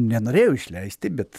nenorėjo išleisti bet